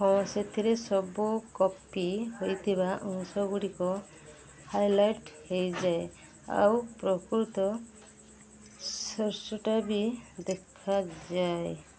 ହଁ ସେଥିରେ ସବୁ କପି ହୋଇଥିବା ଅଂଶଗୁଡ଼ିକ ହାଇଲାଇଟ୍ ହେଇଯାଏ ଆଉ ପ୍ରକୃତ ସୋର୍ସ୍ଟା ବି ଦେଖା ଯାଏ